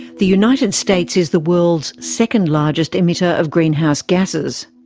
the united states is the world's second largest emitter of greenhouse gasses.